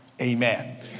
Amen